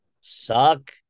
Suck